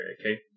Okay